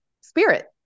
spirit